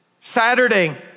Saturday